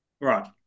right